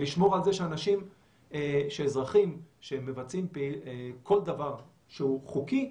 ולשמור על זה שאזרחים שמבצעים כל דבר שהוא חוקי,